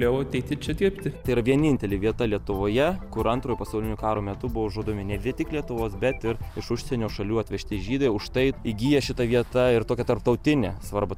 tėra vienintelė vieta lietuvoje kur antro pasaulinio karo metu buvo žudomi ne vien tik lietuvos bet ir iš užsienio šalių atvežti žydai už tai įgyja šita vieta ir tokią tarptautinę svarbą